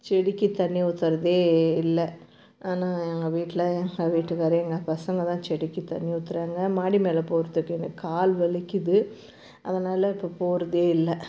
செடிக்கு தண்ணி ஊத்துறதே இல்லை ஆனால் எங்கள் வீட்டில் எங்கள் வீட்டுக்காரரு எங்கள் பசங்க தான் செடிக்கு தண்ணி ஊத்துகிறாங்க மாடி மேலே போகிறத்துக்கு எனக்கு கால் வலிக்குது அதனால் இப்போ போகிறதே இல்லை